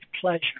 pleasure